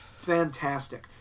fantastic